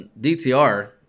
DTR